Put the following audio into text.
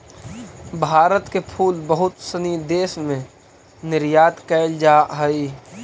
भारत के फूल बहुत सनी देश में निर्यात कैल जा हइ